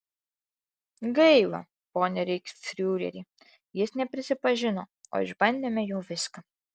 gaila pone reichsfiureri jis neprisipažino o išbandėme jau viską